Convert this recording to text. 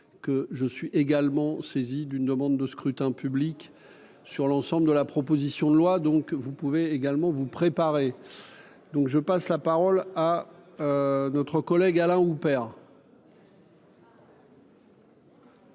je suis également saisi d'une demande de scrutin public sur l'ensemble de la proposition de loi, donc vous pouvez également vous préparez donc je passe la parole à notre collègue Alain Houpert.